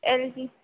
LG